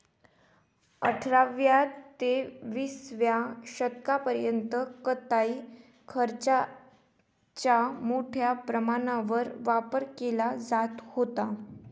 अठराव्या ते विसाव्या शतकापर्यंत कताई खेचराचा मोठ्या प्रमाणावर वापर केला जात होता